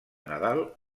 nadal